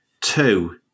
two